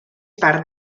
part